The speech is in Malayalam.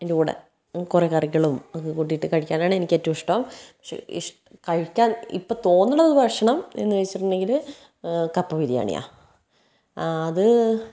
അതിൻ്റെ കൂടെ കുറെ കറികളും ഒക്കെ കൂട്ടിയിട്ട് കഴിക്കാനാണ് എനിക്കേറ്റവും ഇഷ്ടം കഴിക്കാന് ഇപ്പം തോന്നണത് ഭക്ഷണം എന്നു വച്ചിട്ടുണ്ടെങ്കിൽ കപ്പ ബിരിയാണിയാണ് ആ അത്